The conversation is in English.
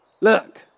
Look